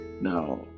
now